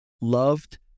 loved